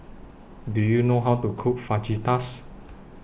Do YOU know How to Cook Fajitas